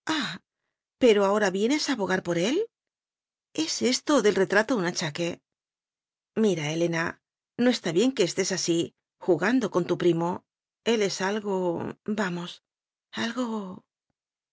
pero ahora vienes a abogar por él es esto del retrato un achaque mira helena no está bien que estés así jugando con tu primo el es algo vamos algo